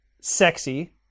sexy